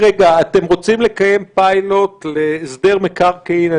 אתם רוצים לקיים פיילוט להסדר מקרקעין.